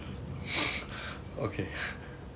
okay